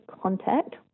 contact